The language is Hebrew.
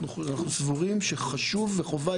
אנחנו סבורים שחשוב וחובה,